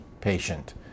patient